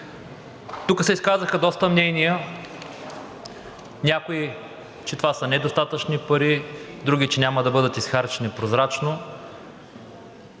Тук се изказаха доста мнения. Някои са, че това са недостатъчни пари, други, че няма да бъдат изхарчени прозрачно,